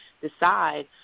decide